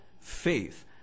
faith